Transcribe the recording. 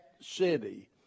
city